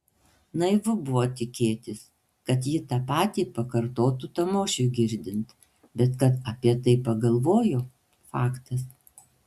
naivu buvo tikėtis kad ji tą patį pakartotų tamošiui girdint bet kad apie tai pagalvojo faktas